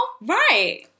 Right